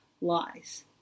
lies